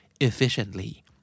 efficiently